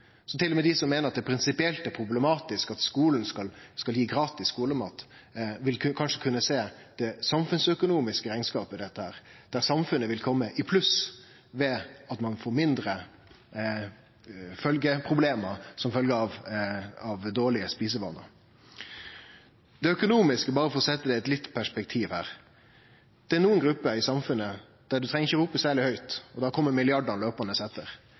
dei som meiner at det prinsipielt er problematisk at skulen skal gi gratis skulemat, vil kanskje kunne sjå den samfunnsøkonomiske rekneskapen i dette, der samfunnet vil kome i pluss ved at ein får mindre følgjeproblem som følgje av dårlege matvanar. Når det gjeld det økonomiske, berre for å setje det litt i perspektiv her, er det nokre grupper i samfunnet som ikkje treng rope særleg høgt, så kjem milliardane